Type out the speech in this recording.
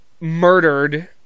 murdered